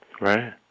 Right